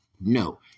no